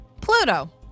Pluto